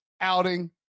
outing